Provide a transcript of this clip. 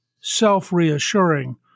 self-reassuring